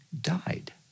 died